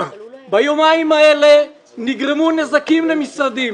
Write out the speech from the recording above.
ביומיים האלה נגרמו נזקים למשרדים,